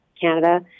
Canada